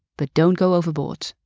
but don't go overboard.